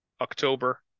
October